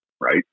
Right